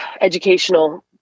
educational